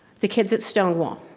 the kids at stonewall.